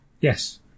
Yes